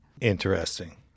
Interesting